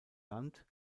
land